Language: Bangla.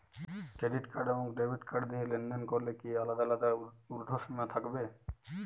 ক্রেডিট কার্ড এবং ডেবিট কার্ড দিয়ে লেনদেন করলে কি আলাদা আলাদা ঊর্ধ্বসীমা থাকবে?